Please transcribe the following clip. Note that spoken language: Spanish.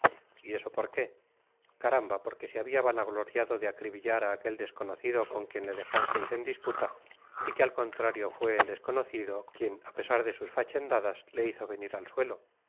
y eso por qué caramba porque se habia vanagloriado de acribillar á aquel desconocido con quien le dejasteis en disputa y que al contrario fue el desconocido quien á pesar de sus fachendadas le hizo venir al suelo